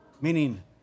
Meaning